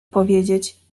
powiedzieć